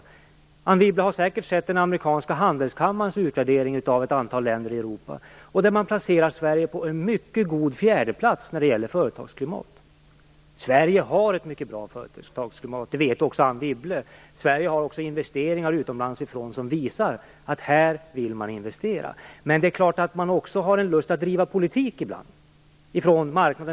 Anne Wibble har säkert sett den amerikanska handelskammarens utvärdering av ett antal länder i Europa, i vilken man placerar Sverige på en mycket god fjärde plats när det gäller företagsklimat. Sverige har ett mycket bra företagsklimat, det vet också Anne Wibble. Sverige har också investeringar utomlands ifrån som visar att här vill man investera. Men det är klart att marknadens företrädare också har lust att driva politik ibland.